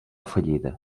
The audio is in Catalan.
fallida